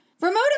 Remote